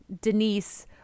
Denise